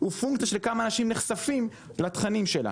הוא פונקציה של מספר האנשים שנחשפים לתכנים שלה.